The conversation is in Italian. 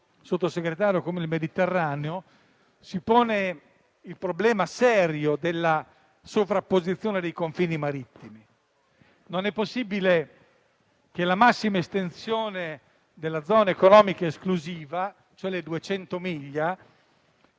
Sottosegretario, si pone il problema serio della sovrapposizione dei confini marittimi. Non è possibile che la massima estensione della zona economica esclusiva, e cioè le 200 miglia